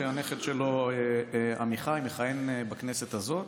שהנכד שלו עמיחי מכהן בכנסת הזאת.